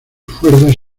fuerzas